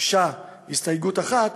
הוגשה הסתייגות אחת,